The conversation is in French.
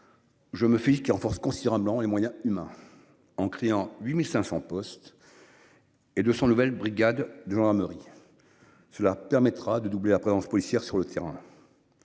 Je me fais ce qui renforce considérablement les moyens humains en créant 8500 postes. Et 200 nouvelles brigades de gendarmerie. Cela permettra de doubler la présence policière sur le terrain.